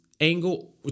angle